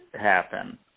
happen